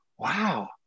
Wow